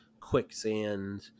quicksand